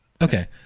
Okay